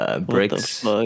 bricks